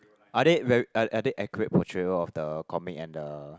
are there are are there accurate portrayal of the comic and the